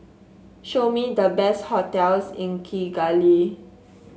show me the best hotels in Kigali